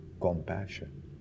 compassion